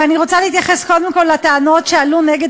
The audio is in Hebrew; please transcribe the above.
ואני רוצה להתייחס קודם כול לטענות שעלו נגד